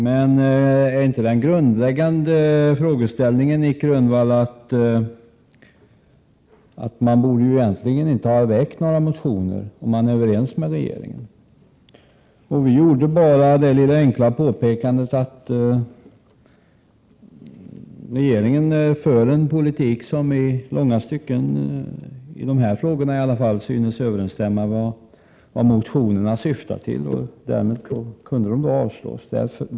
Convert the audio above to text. Men är inte den grundläggande frågeställningen, Nic Grönvall, att man egentligen inte borde ha väckt några motioner om man är överens med regeringen? Vi gjorde bara det enkla påpekandet att regeringen för en politik som i långa stycken, i alla fall i de här frågorna, synes överensstämma med vad motionerna syftar till, och därmed kunde de avslås.